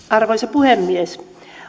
arvoisa puhemies